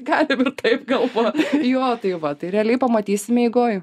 galim ir taip galvot jo tai va tai realiai pamatysim eigoj